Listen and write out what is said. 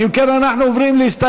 אם כן, אנחנו עוברים להסתייגות,